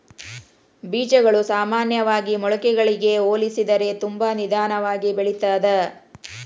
ಬೇಜಗಳು ಸಾಮಾನ್ಯವಾಗಿ ಮೊಳಕೆಗಳಿಗೆ ಹೋಲಿಸಿದರೆ ತುಂಬಾ ನಿಧಾನವಾಗಿ ಬೆಳಿತ್ತದ